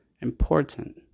important